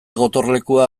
gotorlekua